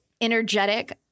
energetic